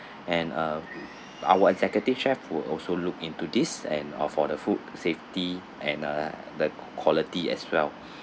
and uh our executive chef will also look into this and uh for the food safety and uh the quality as well